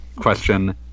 Question